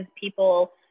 people